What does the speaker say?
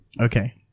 Okay